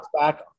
back